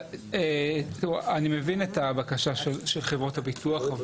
תראו, אני מבין את הבקשה של חברות הביטוח.